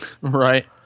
Right